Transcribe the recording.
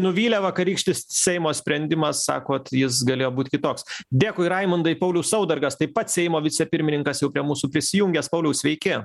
nuvylė vakarykštis seimo sprendimas sakot jis galėjo būt kitoks dėkui raimundai paulius saudargas taip pat seimo vicepirmininkas jau prie mūsų prisijungęs pauliau sveiki